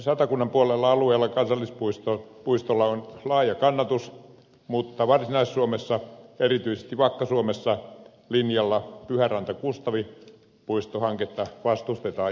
satakunnan puolella alueella kansallispuistolla on laaja kannatus mutta varsinais suomessa erityisesti vakka suomessa linjalla pyhärantakustavi puistohanketta vastustetaan jyrkästi